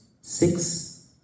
six